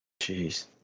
Jeez